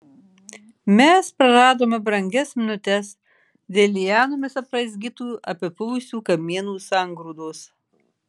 mes praradome brangias minutes dėl lianomis apraizgytų apipuvusių kamienų sangrūdos